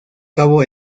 cabo